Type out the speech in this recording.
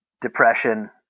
depression